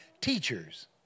Teachers